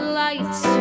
lights